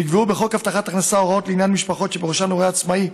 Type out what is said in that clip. נקבעו בחוק הבטחת הכנסה הוראות לעניין משפחות שבראשן הורה עצמאי,